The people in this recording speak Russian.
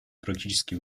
практический